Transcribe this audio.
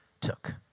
took